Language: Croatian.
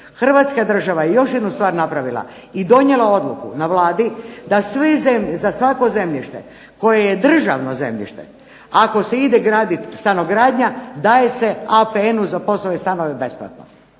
Hrvatska država je još jednu stvar napravila i donijela odluku na Vladi da sve zemlje, za svako zemljište koje je državno zemljište, ako se ide graditi stanogradnja, daje se APN-u za POS-ove stanove besplatno.